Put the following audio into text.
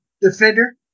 defender